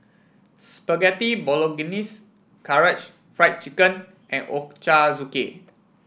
Spaghetti Bolognese Karaage Fried Chicken and Ochazuke